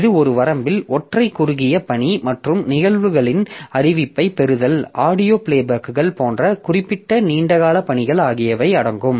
இது ஒரு வரம்பில் ஒற்றை குறுகிய பணி மற்றும் நிகழ்வுகளின் அறிவிப்பைப் பெறுதல் ஆடியோ பிளேபேக்குகள் போன்ற குறிப்பிட்ட நீண்டகால பணிகள் ஆகியவை அடங்கும்